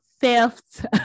theft